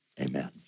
Amen